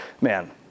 man